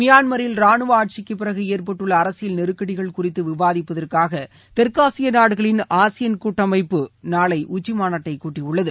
மியான்மரில் ராணுவ ஆட்சிக்கு பிறகு ஏற்பட்டுள்ள அரசியல் நெருக்கடிகள் குறித்து விவாதிப்பதற்காக தெற்காசிய நாடுகளின் ஏசியான் கூட்டமைப்பு நாளை உச்சிமாநாட்டை கூட்டியுள்ளது